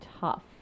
tough